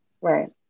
right